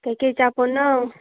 ꯀꯩ ꯀꯩ ꯑꯆꯥꯄꯣꯠꯅꯣ